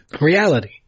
Reality